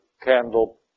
candle